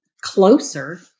closer